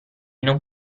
non